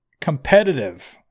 competitive